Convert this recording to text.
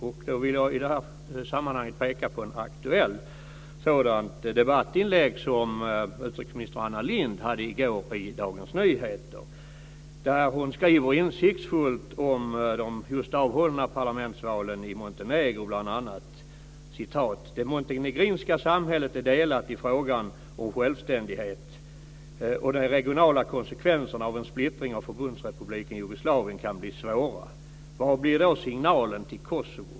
Jag vill i det här sammanhanget peka på ett aktuellt debattinlägg som utrikesminister Anna Lindh hade i söndags i Dagens Nyheter. Hon skriver där insiktsfullt om bl.a. de just avhållna parlamentsvalen i Montenegro : "Det montenegrinska samhället är delat i frågan," - om självständighet - "och de regionala konsekvenserna av en splittring av Förbundsrepubliken Jugoslavien kan bli svåra. Vad blir då signalen till Kosovo?